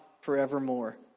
forevermore